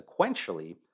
sequentially